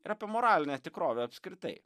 ir apie moralinę tikrovę apskritai